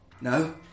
No